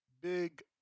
Big